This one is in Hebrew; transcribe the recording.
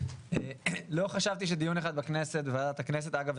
לא חשבתי שדיון אחד בכנסת ואגב,